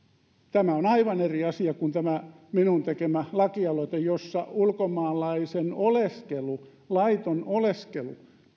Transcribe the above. tämä on aivan eri asia kuin tämä minun tekemäni lakialoite jossa ulkomaalaisen oleskelu laiton oleskelu tehtäisiin